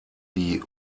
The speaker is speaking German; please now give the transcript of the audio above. die